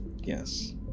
Yes